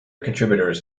contributors